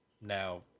now